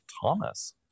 Thomas